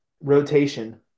rotation